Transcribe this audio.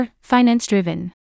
Finance-driven